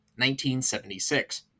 1976